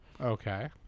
Okay